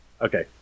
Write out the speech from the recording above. Okay